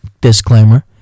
Disclaimer